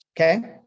Okay